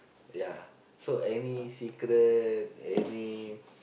ya so any secret any